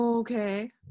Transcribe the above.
okay